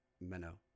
meno